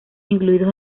incluidos